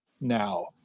now